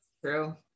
true